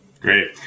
Great